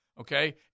okay